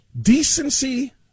Decency